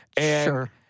Sure